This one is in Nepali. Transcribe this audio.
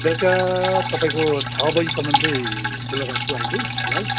बेलुका तपाईँको छ बजीसम्म चाहिँ खुल्ला राख्छु अहिले फिलहाल